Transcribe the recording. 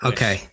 Okay